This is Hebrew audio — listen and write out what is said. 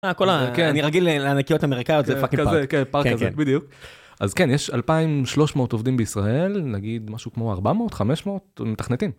מע כל ה.. כי אני רגיל ל.. לענקיות אמריקאיות - זה פאקינג פארק. כזה כן - פארק כזה. כן, כן. בדיוק. אז כן יש אלפיים שלוש מאות עובדים בישראל נגיד משהו כמו ארבע מאות? חמש מאות? מתכנתים.